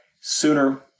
sooner